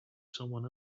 someone